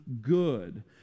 good